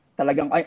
talagang